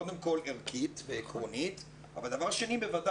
קודם כל ערכית ועקרונית אבל בוודאי